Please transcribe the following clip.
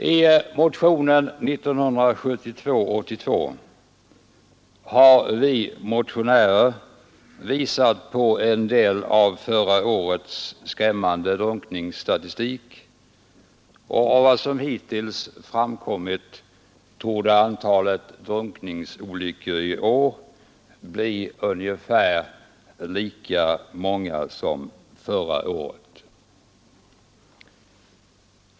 I motionen 82 år 1972 har vi motionärer visat på en del av förra årets skrämmande drunkningsstatistik, och av vad som hittills framkommit torde antalet drunkningsolyckor i år bli ungefär lika stort som förra året.